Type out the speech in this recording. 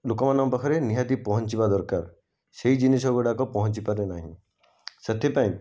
ଲୋକମାନଙ୍କ ପାଖରେ ନିହାତି ପହଞ୍ଚିବା ଦରକାର ସେହି ଜିନିଷ ଗୁଡ଼ାକ ପହଞ୍ଚି ପାରେ ନାହିଁ ସେଥିପାଇଁ